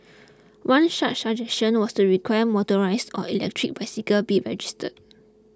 one such suggestion was to require motorised or electric bicycle be registered